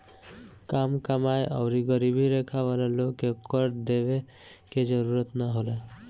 काम कमाएं आउर गरीबी रेखा वाला लोग के कर देवे के जरूरत ना होला